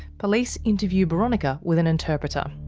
police interview boronika with an interpreter.